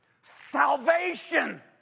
Salvation